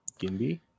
Gimby